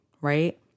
right